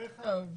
פה אחד.